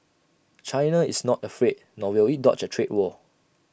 China is not afraid nor will IT dodge A trade war